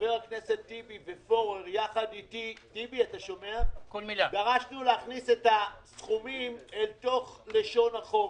חברי הכנסת טיבי ופורר ואני דרשנו להכניס את הסכומים לתוך לשון החוק.